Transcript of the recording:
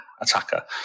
attacker